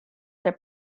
their